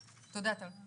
תודה, טל.